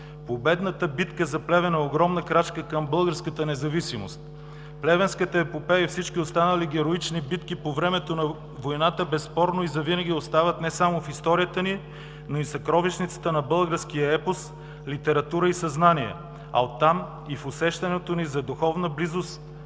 Победната битка за Плевен е огромна крачка към българската независимост. Плевенската епопея и всички останали героични битки по времето на войната безспорно и завинаги остават не само в историята ни, но и в съкровищницата на българския епос, литература и съзнание, а оттам и в усещането ни за духовна близост